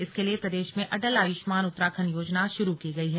इसके लिए प्रदेश में अटल आयुष्मान उत्तराखण्ड योजना शुरू की गई है